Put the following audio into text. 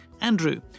Andrew